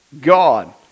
God